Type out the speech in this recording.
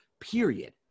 period